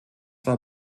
war